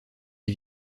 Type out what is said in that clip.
les